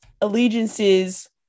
allegiances